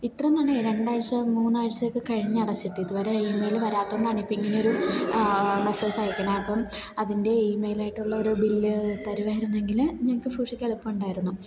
ഇത്രയും നാളായി രണ്ടാഴ്ച മൂന്നാഴ്ചയൊക്കെ കഴിഞ്ഞ് അടച്ചിട്ട് ഇതു വരെ ഈമെയിൽ വരാത്തതു കൊണ്ട് ആണിപ്പോൾ ഇങ്ങനെയൊരു മെസ്സേജയക്കുന്നേ അപ്പം അതിൻ്റെ ഈമെയിലായിട്ടുള്ള ഒരു ബില്ല് തരുമായിരുന്നെങ്കിൽ ഞങ്ങൾക്ക് സൂക്ഷിക്കാൻ എളുപ്പമുണ്ടായിരുന്നു